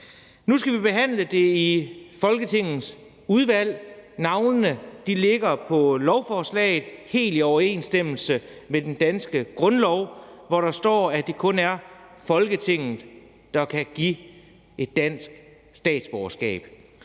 Nu skal vi behandle det i Folketingets udvalg. Navnene ligger på lovforslaget helt i overensstemmelse med den danske grundlov, hvor der står, at det kun er Folketinget, der kan give et danske statsborgerskab.